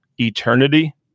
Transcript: eternity